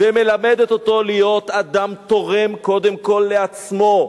ומלמדת אותו להיות אדם תורם, קודם כול לעצמו,